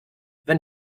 wenn